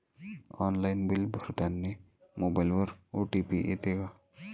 Online bill भरतानी मोबाईलवर OTP येते का?